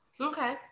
Okay